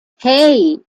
hey